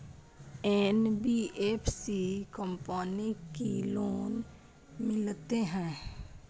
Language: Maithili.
एन.बी.एफ.सी कंपनी की लोन मिलते है?